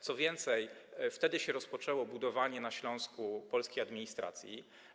Co więcej, wtedy rozpoczęło się budowanie na Śląsku polskiej administracji.